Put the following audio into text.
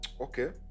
okay